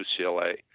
UCLA